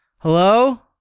Hello